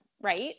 right